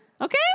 Okay